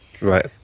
Right